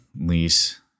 lease